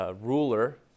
ruler